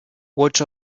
watch